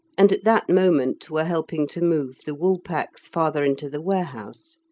and at that moment were helping to move the woolpacks farther into the warehouse.